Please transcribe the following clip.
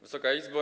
Wysoka Izbo!